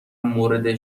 مورد